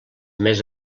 més